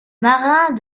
marin